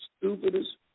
stupidest